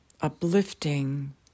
uplifting